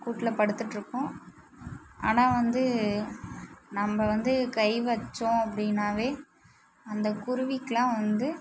கூட்டில் படுத்துட்யிருக்கும் ஆனால் வந்து நம்ப வந்து கை வச்சோம் அப்படினாவே அந்த குருவிக்குலாம் வந்து